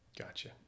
Gotcha